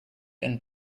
and